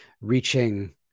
reaching